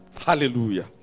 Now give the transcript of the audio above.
Hallelujah